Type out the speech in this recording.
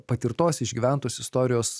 patirtos išgyventos istorijos